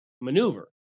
maneuver